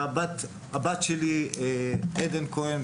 עדן כהן,